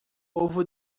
ovo